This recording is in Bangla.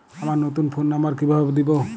আমার নতুন ফোন নাম্বার কিভাবে দিবো?